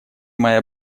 моя